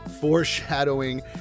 foreshadowing